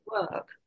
work